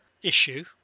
issue